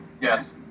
Yes